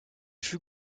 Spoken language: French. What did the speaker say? fut